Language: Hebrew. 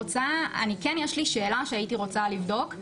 כן יש לי שאלה שהייתי רוצה לבדוק.